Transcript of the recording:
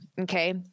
Okay